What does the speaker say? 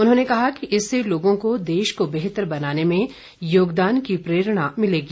उन्होंने कहा कि इससे लोगों को देश को बेहतर बनाने में योगदान की प्रेरणा मिलेगी